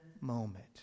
moment